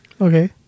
okay